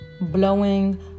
blowing